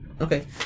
Okay